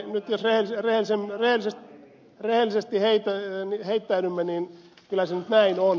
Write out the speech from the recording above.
jos rehellisiksi heittäydymme niin kyllä se nyt näin on